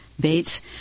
Bates